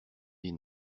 des